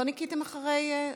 לא ניקיתם אחרי,